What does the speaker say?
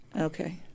Okay